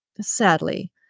Sadly